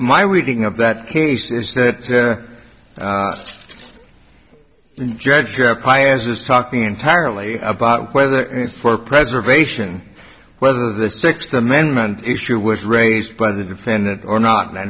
my reading of that case is that the judge sure pires is talking entirely about whether in for preservation whether the sixth amendment issue was raised by the defendant or not and i